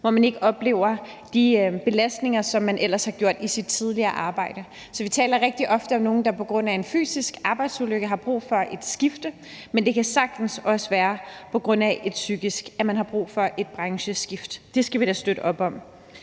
hvor man ikke oplever de belastninger, som man ellers har gjort i sit tidligere arbejde. Vi taler rigtig ofte om nogle, der på grund af en fysisk arbejdsulykke har brug for et skifte, men det kan også sagtens være på grund af noget psykisk, at man har brug for et brancheskift, og det skal vi da støtte op om.